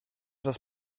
das